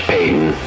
Payton